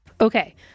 Okay